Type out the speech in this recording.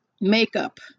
makeup